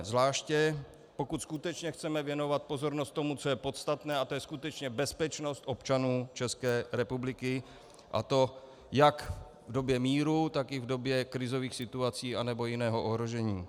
Zvláště pokud skutečně chceme věnovat pozornost tomu, co je podstatné, a to je skutečně bezpečnost občanů ČR, a to jak v době míru, tak i v době krizových situací nebo jiného ohrožení.